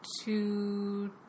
two